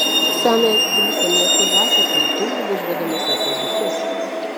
senąją tbilisio miesto dvasią pajutau jau važiuodamas autobusu